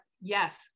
yes